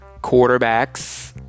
Quarterbacks